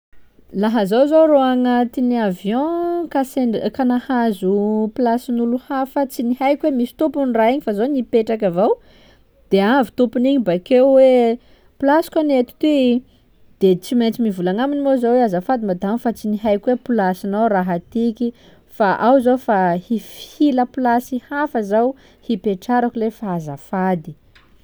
Laha zaho zô rô agnatin'ny avion ka sendra ka nahazo plasin'olo hafa tsy ny haiko hoe misy tompony raha igny fa zaho nipetraky avao de avy tompony igny bakeo oe plasiko ane eto ty i, de tsy maintsy mivolagna agnaminy moa zaho hoe azafady madamo fa tsy nihaiko hoe plasinao raha tiky fa ao zah fa hifila plasy hafa zaho hipetrarako lie fa azafady.